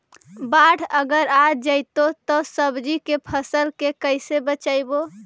बाढ़ अगर आ जैतै त सब्जी के फ़सल के कैसे बचइबै?